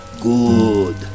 good